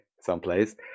someplace